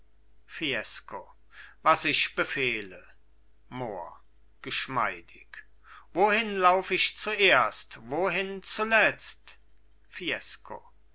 fiesco was ich befehle mohr geschmeidig wohin lauf ich zuerst wohin zuletzt fiesco